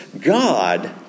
God